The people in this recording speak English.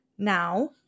Now